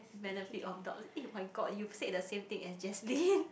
benefit on top eh my god you said the same thing as Jaslyn